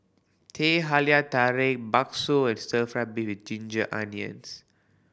Teh Halia Tarik bakso and stir fried beef with ginger onions